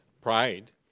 Pride